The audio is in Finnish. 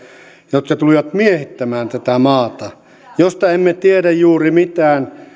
jotka tulivat miehittämään tätä maata joista emme tiedä juuri mitään